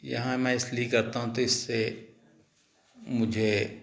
यहाँ मैं इसलिए करता हूँ तो इससे मुझे